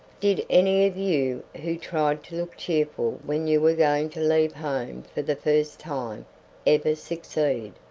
did any of you who tried to look cheerful when you were going to leave home for the first time ever succeed,